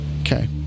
Okay